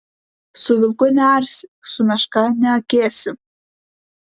su vilku nearsi su meška neakėsi